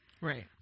Right